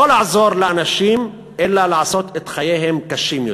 לא לעזור לאנשים אלא לעשות את חייהם קשים יותר.